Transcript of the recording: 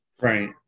Right